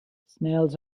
snails